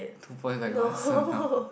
two points I got answer now